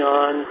on